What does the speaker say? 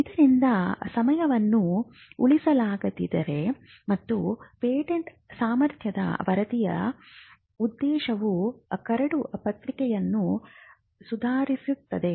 ಇದರಿಂದ ಸಮಯವನ್ನು ಉಳಿಸಲಾಗಿದೆ ಮತ್ತು ಪೇಟೆಂಟ್ ಸಾಮರ್ಥ್ಯದ ವರದಿಯ ಉದ್ದೇಶವು ಕರಡು ಪ್ರಕ್ರಿಯೆಯನ್ನು ಸುಧಾರಿಸುತ್ತದೆ